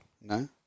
No